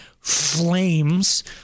flames